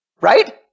Right